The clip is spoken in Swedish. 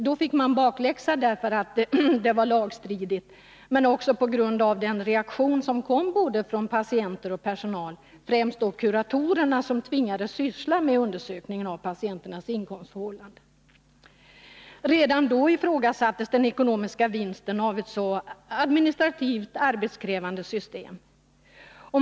Då fick man bakläxa därför att sådana avgifter var lagstridiga, men också på grund av den reaktion som kom både från patienter och från personal, främst från de kuratorer som tvingades syssla med undersökningar av patienternas inkomstförhållanden. Redan då ifrågasattes den ekonomiska vinsten av ett administrativt så arbetskrävande system.